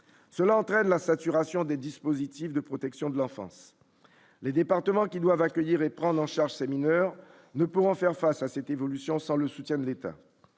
cela entraîne la saturation des dispositifs de protection de l'enfance, les départements qui doivent accueillir et prendre en charge ces mineurs ne pourront faire face à cette évolution sans le soutien de l'État